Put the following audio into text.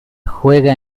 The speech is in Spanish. juega